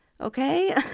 Okay